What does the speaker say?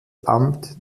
amt